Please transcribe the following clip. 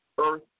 Earth